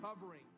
covering